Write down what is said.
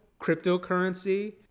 cryptocurrency